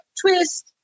twist